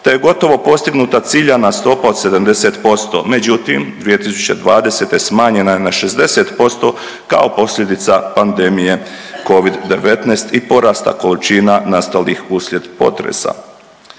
te je gotovo postignuta ciljana stopa od 70%. Međutim, 2020. smanjena je na 60% kao posljedica pandemije covid-19 i porasta količina nastalih uslijed potresa.